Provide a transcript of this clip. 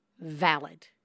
valid